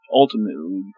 ultimately